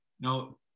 Now